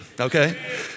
Okay